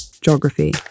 geography